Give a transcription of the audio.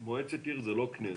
מועצת עיר היא לא כנסת.